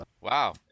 Wow